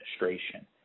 administration